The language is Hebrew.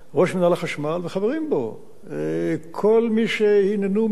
וחברים בו כל מי שמתמודדים כל השנה